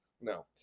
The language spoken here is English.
no